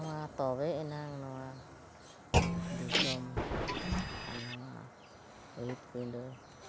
ᱱᱚᱣᱟ ᱛᱚᱵᱮ ᱮᱱᱟᱝ ᱱᱚᱣᱟ ᱫᱤᱥᱚᱢ ᱟᱨ ᱱᱚᱣᱟ ᱵᱷᱤᱛ ᱯᱤᱰᱟᱹ